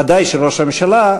ודאי שראש הממשלה,